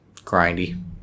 grindy